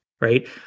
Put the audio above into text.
right